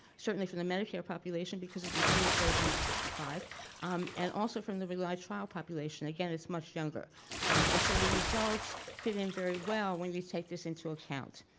certainly from the medicare population because it includes those under sixty five and also from the re-ly trial population, again it's much younger and so the results fit in very well when you take this into account.